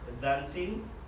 dancing